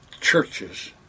churches